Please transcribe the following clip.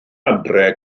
adre